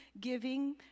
giving